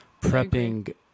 prepping